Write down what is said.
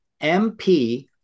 MP